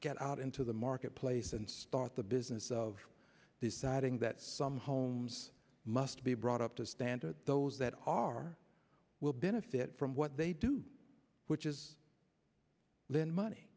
get out into the marketplace and start the business of deciding that some homes must be brought up to standard those that are will benefit from what they do which is lend money